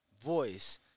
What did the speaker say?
voice